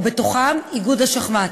ובתוכם איגוד השחמט.